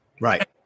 right